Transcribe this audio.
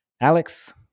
Alex